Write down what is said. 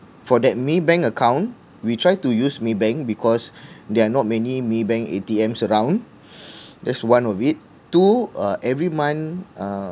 for that Maybank account we try to use Maybank because there are not many Maybank A_T_Ms around that's one of it two uh every month uh